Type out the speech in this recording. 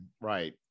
right